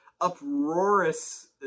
uproarious